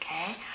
Okay